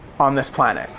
on this planet.